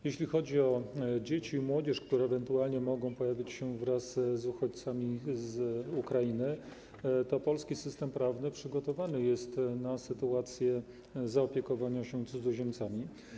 Jeśli chodzi o dzieci i młodzież, które ewentualnie mogą pojawić się wraz z uchodźcami z Ukrainy, to polski system prawny przygotowany jest na sytuację zaopiekowania się cudzoziemcami.